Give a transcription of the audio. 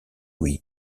louis